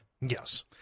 Yes